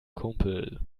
kumpel